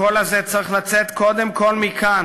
הקול הזה צריך לצאת קודם כול מכאן,